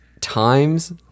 times